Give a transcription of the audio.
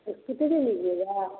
इस्कूट्री लीजिएगा